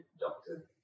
doctor